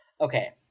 Okay